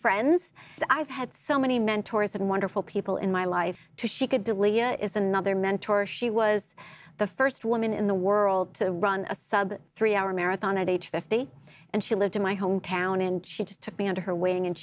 friends i've had so many mentors and wonderful people in my life to she could delay a is another mentor she was the first woman in the world to run a sub three hour marathon at age fifty and she lived in my hometown and she took me under her wing and